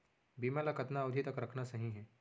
बीमा ल कतना अवधि तक रखना सही हे?